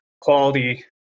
quality